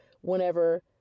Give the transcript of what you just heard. whenever